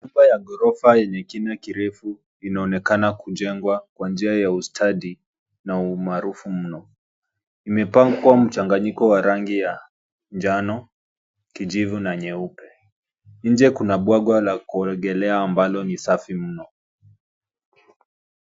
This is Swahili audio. Nyumba ya ghorofa yenye kina kirefu inaonekana kujengwa kwa njia ya ustadi na umaarufu mno. Limepakwa mchanganyiko wa rangi ya njano, kijivu na nyeupe. Nje kuna bwagwa la kuogolea ambalo ni safi mno.